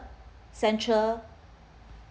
central